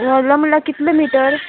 व्होडलो म्हळ्यार कितलो मिटर